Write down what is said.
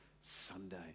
Sunday